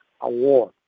award